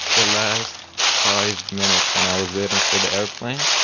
the last five minutes when i was waiting for the airplane,